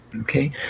Okay